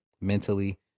mentally